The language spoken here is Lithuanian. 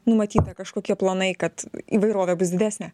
numatyta kažkokie planai kad įvairovė bus didesnė